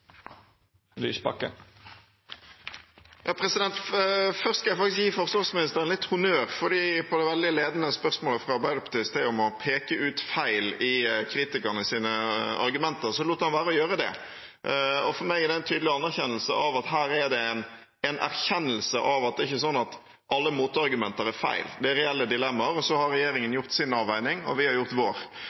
Først skal jeg få gi forsvarsministeren litt honnør, for på det veldig ledende spørsmålet fra Arbeiderpartiet i sted om å peke ut feil i kritikernes argumenter, lot han være å gjøre det. For meg er det en tydelig anerkjennelse av at her er det en erkjennelse av at det ikke er slik at alle motargumenter er feil, det er reelle dilemmaer, og så har regjeringen gjort sin avveining, og vi har gjort vår.